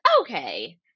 okay